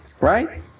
right